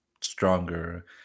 stronger